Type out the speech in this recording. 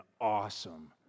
awesome